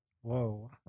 Whoa